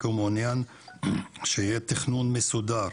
כמעוניין שיהיה תכנון מסודר